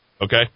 Okay